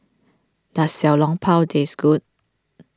does Xiao Long Bao taste good